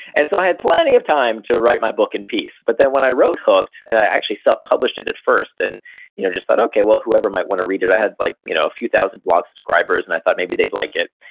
and so i had plenty of time to write my book in peace. but then when i wrote hooked, and i actually self-published it at first, and you know just thought, okay. whoever might want to read it. i had like you know a few thousand blog subscribers and i thought maybe they'd like it.